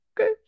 Okay